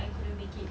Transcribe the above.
I couldn't make it